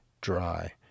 dry